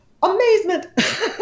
amazement